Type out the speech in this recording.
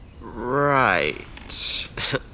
Right